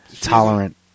tolerant